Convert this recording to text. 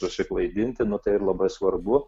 susiklaidinti nu tai ir labai svarbu